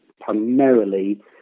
primarily